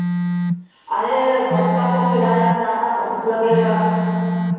अरे बस का तो किराया ज़्यादा बहुत लगेगा